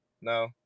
no